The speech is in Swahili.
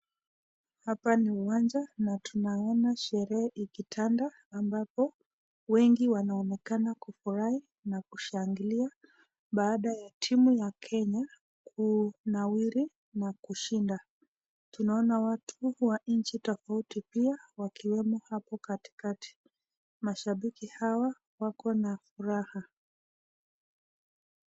Hapa ni uwanja na tunaona sherehe ikitanda ambapo wengi wanaonekana kufurahi na kushangilia baada ya timu ya kenya kunawiri na kushinda. Tunaona watu wa nchi tofauti pia wakiwemo hapo katikati mashabiki hawa wako na furaha.